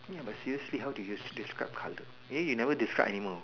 ya but seriously how do you describe colour eh you never describe animal